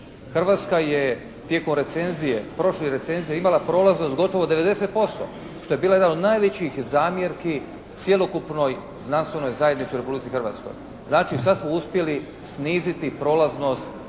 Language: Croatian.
Hrvatska je tijekom recenzije, prošle recenzije imala prolaznost gotovo 90% što je bila jedna od najvećih zamjerki cjelokupnoj znanstvenoj zajednici u Republici Hrvatskoj. Znači sad smo uspjeli sniziti prolaznost i